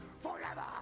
Forever